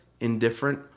indifferent